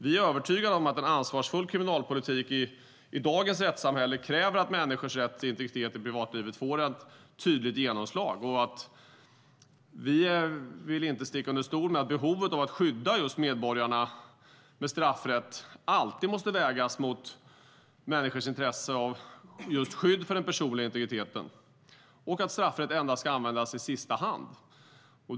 Vi är övertygade om att en ansvarsfull kriminalpolitik i dagens rättssamhälle kräver att människors rätt till integritet i privatlivet får ett tydligt genomslag. Vi vill inte sticka under stol med att behovet av att skydda medborgarna med straffrätt alltid måste vägas mot människors intresse av skydd för den personliga integriteten och att straffrätt endast ska användas i sista hand.